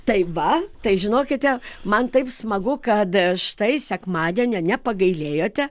tai va tai žinokite man taip smagu kad štai sekmadienio nepagailėjote